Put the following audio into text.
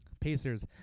Pacers